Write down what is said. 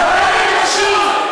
תודה רבה.